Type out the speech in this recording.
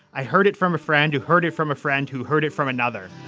i heard it from a friend who heard it from a friend who heard it from another.